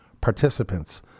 participants